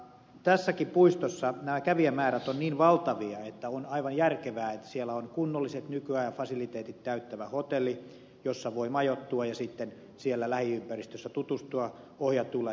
tässäkin puistossa kävijämäärät ovat niin valtavia että on aivan järkevää että siellä on kunnolliset nykyajan fasiliteetit täyttävä hotelli jossa voi majoittua ja sitten siellä lähiympäristössä tutustua ohjatuilla reiteillä luontoon